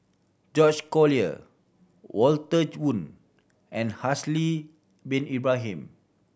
George Collyer Walter Woon and Haslir Bin Ibrahim